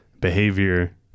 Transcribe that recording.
behavior